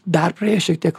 dar praėjo šiek tiek